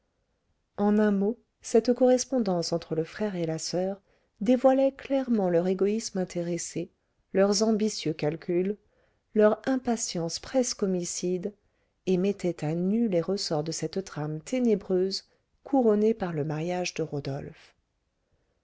en un mot cette correspondance entre le frère et la soeur dévoilait clairement leur égoïsme intéressé leurs ambitieux calculs leur impatience presque homicide et mettait à nu les ressorts de cette trame ténébreuse couronnée par le mariage de rodolphe